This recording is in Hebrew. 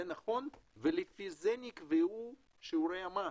זה נכון ולפי זה נקבעו שיעורי המס.